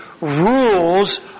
rules